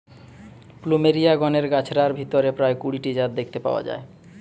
plumeria গণের গাছগার ভিতরে প্রায় কুড়ি টি জাত দেখতে পাওয়া যায়